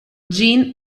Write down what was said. gene